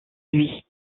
lui